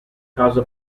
casa